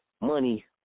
money